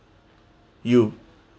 you